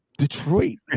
Detroit